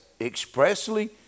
expressly